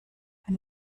wenn